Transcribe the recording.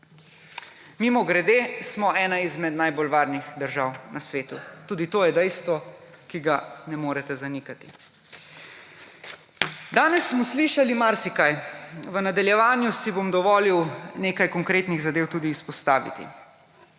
Mimogrede, smo ena izmed najbolj varnih držav na svetu. Tudi to je dejstvo, ki ga ne morete zanikati. Danes smo slišali marsikaj. V nadaljevanju si bom dovolil nekaj konkretnih zadev tudi izpostaviti.